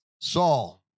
Saul